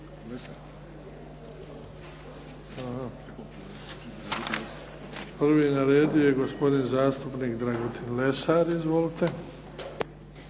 Prvi je na redu gospodin zastupnik Dragutin Lesar izvolite.